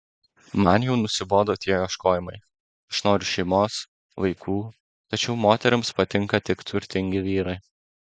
man jau nusibodo tie ieškojimai aš noriu šeimos vaikų tačiau moterims patinka tik turtingi vyrai